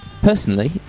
Personally